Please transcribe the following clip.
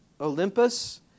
Olympus